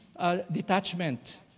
detachment